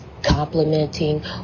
complimenting